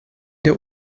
der